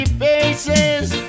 faces